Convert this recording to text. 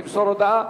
ימסור הודעה.